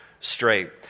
Straight